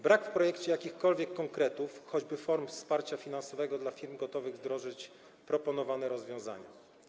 Brak jest w projekcie jakichkolwiek konkretów, choćby określonych form wsparcia finansowego dla firm gotowych wdrożyć proponowane rozwiązania.